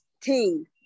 team